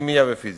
כימיה ופיזיקה.